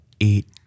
eight